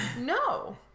No